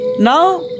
Now